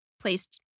placed